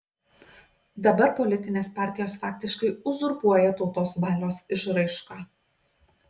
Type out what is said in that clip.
dabar politinės partijos faktiškai uzurpuoja tautos valios išraišką